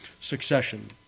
succession